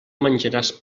menjaràs